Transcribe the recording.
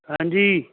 ਹਾਂਜੀ